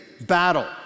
battle